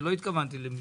זה לא התכוונתי למישהו.